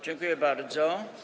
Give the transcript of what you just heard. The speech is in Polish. Dziękuję bardzo.